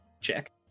check